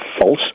false